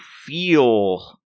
feel